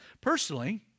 Personally